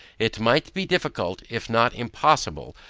it might be difficult, if not impossible,